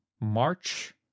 March